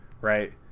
right